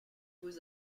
beaux